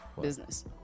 business